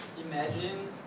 Imagine